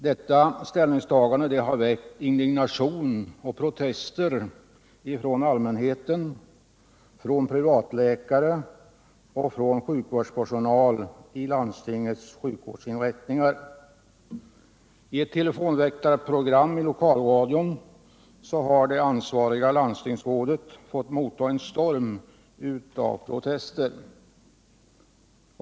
Detta ställningstagande har väckt indignation och protester från allmänheten, från privatläkare och sjukvårdspersonal i landstingets sjukvårdsinrättningar. I ett telefonväktarprogram i lokalradion har det ansvariga landstingsrådet fått mottaga en storm av protester.